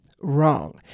wrong